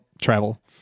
travel